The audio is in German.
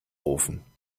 rufen